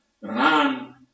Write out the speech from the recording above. run